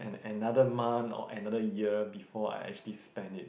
another month or another year before I actually spend it